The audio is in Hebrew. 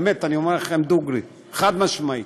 באמת, אני אומר לכם דוגרי, חד-משמעית: